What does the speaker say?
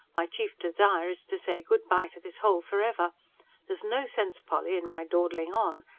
my chief desire is to say good-bye to this hole for ever. there's no sense, polly, in my dawdling on.